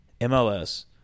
MLS